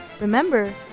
Remember